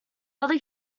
other